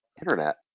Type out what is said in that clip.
internet